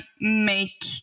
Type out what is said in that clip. make